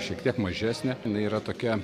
šiek tiek mažesnė jinai yra tokia